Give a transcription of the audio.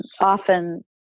often